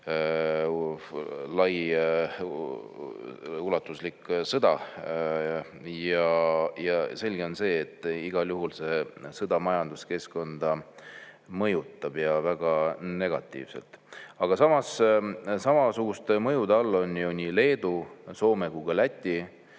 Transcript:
laiaulatuslik sõda. Selge on, et igal juhul see sõda majanduskeskkonda mõjutab väga negatiivselt. Aga samasuguste mõjude all on ju nii Leedu, Soome kui ka Läti.